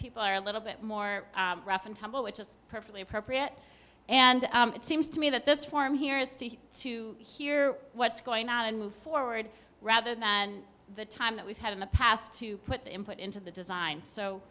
people are a little bit more rough and tumble which is perfectly appropriate and it seems to me that this form here is to hear what's going on and move forward rather than the time that we've had in the past to put input into the design so